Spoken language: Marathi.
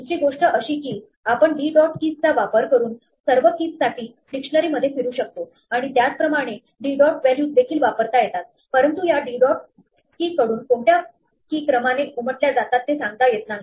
दुसरी गोष्ट अशी की आपण d dot keys चा वापर करून सर्व keysसाठी डिक्शनरीमध्ये फिरू शकतो आणि त्याचप्रमाणे d dot व्हॅल्यूज देखील वापरता येतात परंतु या d dot key कडून कोणत्या key क्रमाने उमटल्या जातात ते सांगता येत नाही